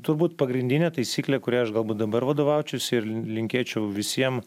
turbūt pagrindinė taisyklė kurią aš galbūt dabar vadovaučiausi ir linkėčiau visiem